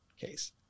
case